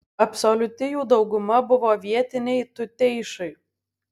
absoliuti jų dauguma buvo vietiniai tuteišai